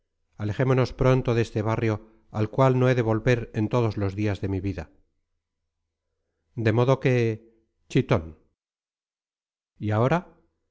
alejémonos pronto de este barrio al cual no he de volver en todos los días de mi vida de modo que chitón y ahora